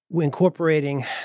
incorporating